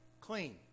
clean